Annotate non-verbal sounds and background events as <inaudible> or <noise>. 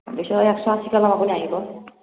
<unintelligible> আপুনি আহিব